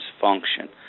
function